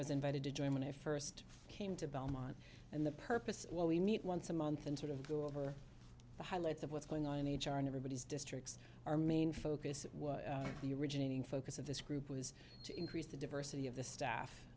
was invited to join when i first came to belmont and the purpose well we meet once a month and sort of go over the highlights of what's going on in h r in everybody's districts our main focus the originating focus of this group was to increase the diversity of the staff